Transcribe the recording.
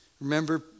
Remember